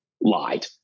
lied